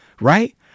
right